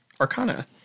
Arcana